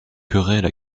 querelle